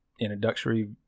introductory